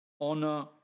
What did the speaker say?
honor